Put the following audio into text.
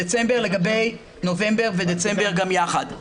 בדצמבר לגבי נובמבר ודצמבר גם יחד.